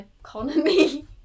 economy